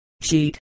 sheet